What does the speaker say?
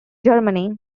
germany